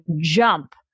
jump